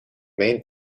main